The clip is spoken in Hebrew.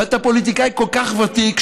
אתה פוליטיקאי כל כך ותיק,